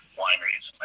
Wineries